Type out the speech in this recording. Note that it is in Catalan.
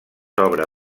obra